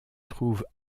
trouve